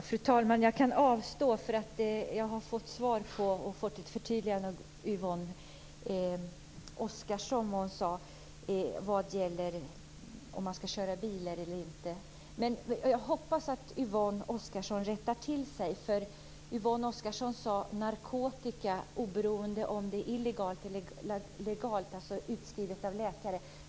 Fru talman! Jag kan avstå, för jag har fått svar och ett förtydligande i det Yvonne Oscarsson sade vad gäller om man skall köra bil eller inte. Men jag hoppas att Yvonne Oscarsson rättar sig. Hon talade om narkotika oberoende av om det gäller illegal eller legal narkotika, dvs. preparat som är utskrivna av läkare.